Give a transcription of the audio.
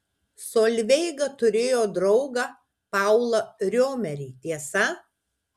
solveiga turėjo draugą paulą riomerį tiesa